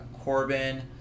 Corbin